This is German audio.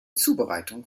zubereitung